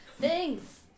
Thanks